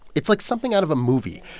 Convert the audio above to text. it's like something out of a movie.